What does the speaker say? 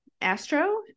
astro